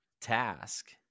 Task